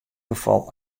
gefal